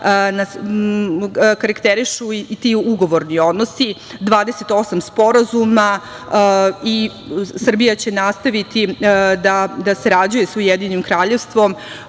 karakterišu i ti ugovorni odnosi, 28 sporazuma i Srbija će nastaviti da sarađuje sa UK u svim